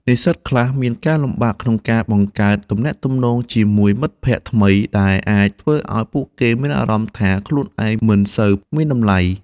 និស្សិតខ្លះមានការលំបាកក្នុងការបង្កើតទំនាក់ទំនងជាមួយមិត្តភ័ក្តិថ្មី ដែលអាចធ្វើឲ្យពួកគេមានអារម្មណ៍ថាខ្លួនឯងមិនសូវមានតម្លៃ។